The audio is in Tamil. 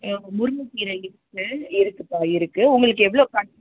ஆ முருங்கக்கீரை இருக்குது இருக்குதுப்பா இருக்குது உங்களுக்கு எவ்வளோ குவான்